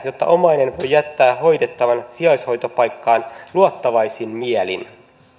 jotta omainen voi jättää hoidettavan sijaishoitopaikkaan luottavaisin mielin